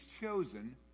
chosen